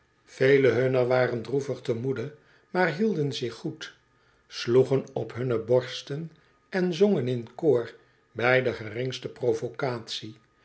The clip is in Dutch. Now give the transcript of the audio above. vele hunner waren droevig r w de kwakzalverij der beschaving te moede maar hielden zich goed sloegen op hunne borsten en zongen in koor bij de geringste